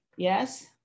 Yes